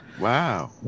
Wow